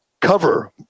cover